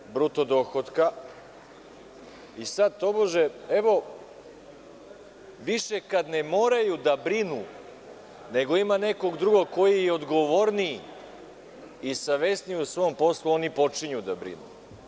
Sad tobože, evo, više kad ne moraju da brinu, nego ima nekog drugog koji je odgovorniji i savesniji u svom poslu, oni počinju da brinu.